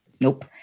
Nope